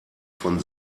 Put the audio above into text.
von